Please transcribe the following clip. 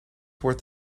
worth